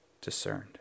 discerned